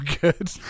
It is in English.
good